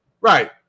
Right